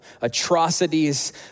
atrocities